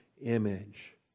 image